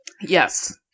Yes